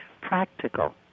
practical